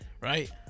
right